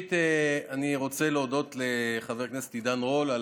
ראשית אני רוצה להודות לחבר הכנסת עידן רול על